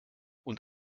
und